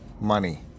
money